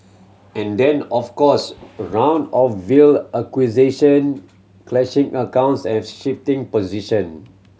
and then of course round of veiled accusation clashing accounts and shifting position